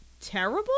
terrible